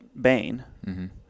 Bane